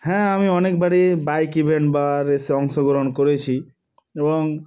হ্যাঁ আমি অনেকবারই বাইক ইভেন্ট বা রেসে অংশগ্রহণ করেছি এবং